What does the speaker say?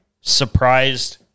surprised